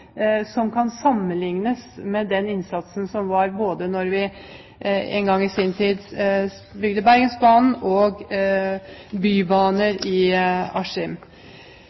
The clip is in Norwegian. som kan sammenlignes med den innsatsen som var da vi en gang i sin tid bygde Bergensbanen og bybaner i